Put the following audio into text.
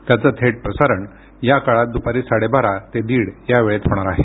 त्याचं थेट प्रसारण या काळात दुपारी साडेबारा ते दीड या वेळेत होणार आहे